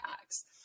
acts